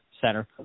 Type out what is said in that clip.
center